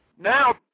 Now